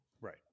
Right